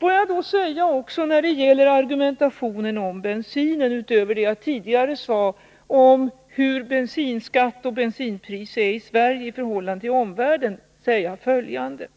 Får jag när det gäller argumentationen om bensin, utöver det jag tidigare sade om bensinskatt och bensinpriser i Sverige i förhållande till omvärlden, säga följande.